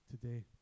today